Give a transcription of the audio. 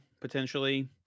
potentially